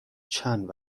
چند